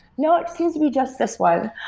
no, it seems to be just this one.